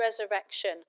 resurrection